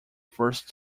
first